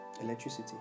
Electricity